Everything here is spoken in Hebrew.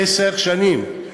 עשר שנים.